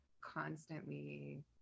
constantly